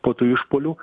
po tų išpuolių